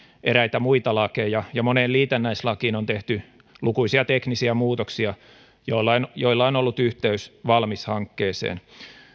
eräitä muita lakeja ja moneen liitännäislakiin on tehty lukuisia teknisiä muutoksia joilla on ollut yhteys valmis hankkeeseen